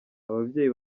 ababyeyi